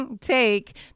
take